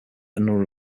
number